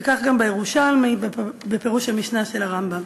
וכך גם בירושלמי, בפירוש המשנה של הרמב"ם.